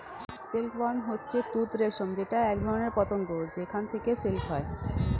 silk worm হচ্ছে তুত রেশম যেটা একধরনের পতঙ্গ যেখান থেকে সিল্ক হয়